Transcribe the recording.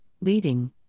leading